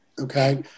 Okay